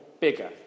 bigger